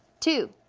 two,